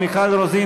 מיכל רוזין,